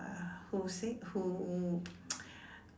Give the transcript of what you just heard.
uh who said who